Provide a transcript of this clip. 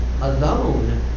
alone